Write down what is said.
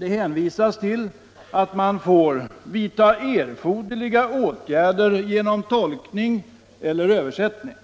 hänvisar till att man får vidta erforderliga åtgärder genom tolkning eller översättning.